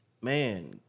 man